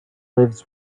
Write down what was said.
lives